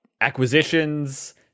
acquisitions